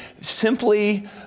simply